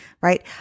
right